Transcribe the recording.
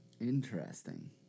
Interesting